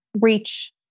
reach